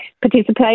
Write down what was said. participate